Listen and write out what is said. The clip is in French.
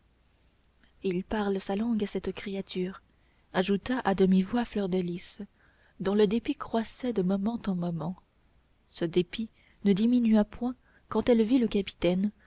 il parle sa langue à cette créature ajouta à demi-voix fleur de lys dont le dépit croissait de moment en moment ce dépit ne diminua point quand elle vit le capitaine